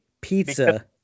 pizza